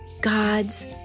God's